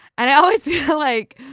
and i always feel like,